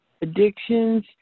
addictions